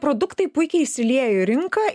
produktai puikiai įsiliejo į rinką